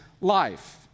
life